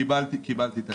קיבלתי, קיבלתי את ההערה.